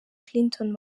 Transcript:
clinton